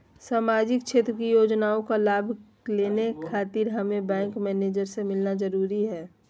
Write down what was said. सामाजिक क्षेत्र की योजनाओं का लाभ लेने खातिर हमें बैंक मैनेजर से मिलना जरूरी है?